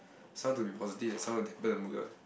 someone to be positive that someone will dampen the mood what